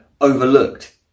overlooked